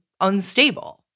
unstable